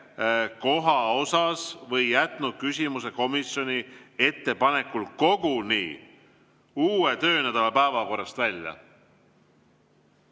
järjekoha osas või jätnud küsimuse komisjoni ettepanekul koguni uue töönädala päevakorrast välja.